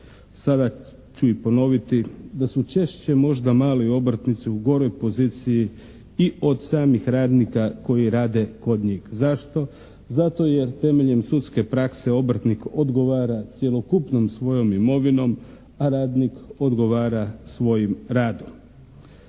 sada ću i ponoviti da su češće možda mali obrtnici u goroj poziciji i od samih radnika koji rade kod njih. Zašto? Zato jer temeljem sudske prakse obrtnik odgovara cjelokupnom svojom imovinom, a radnik odgovara svojim radom.